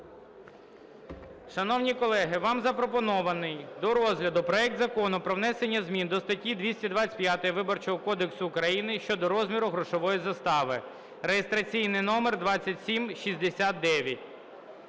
Шановні колеги, вам запропонований до розгляду проект Закону про внесення змін до статті 225 Виборчого кодексу України (щодо розміру грошової застави) (реєстраційний номер 2769).